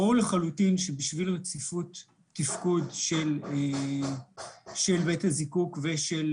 ברור לחלוטין שבשביל רציפות תפקוד של בית הזיקוק ושל